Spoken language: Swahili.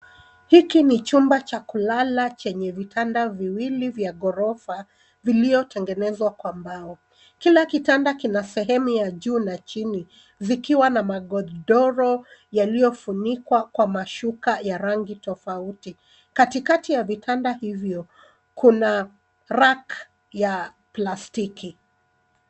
Hiki ni chumba cha kulala chenye vitanda viwili vya ghorofa viliotengenezwa kwa mbao. Kila kitanda kina sehemu ya juu na chini vikiwa na magodoro yaliyofunikwa kwa mashuka ya rangi tofauti. Katikati ya vitanda hivyo kuna rack ya plastiki.